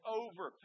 over